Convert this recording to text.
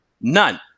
None